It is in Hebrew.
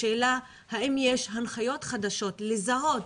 השאלה האם יש הנחיות חדשות לזהות